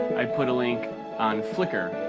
i put a link on flickr.